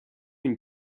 une